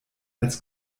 als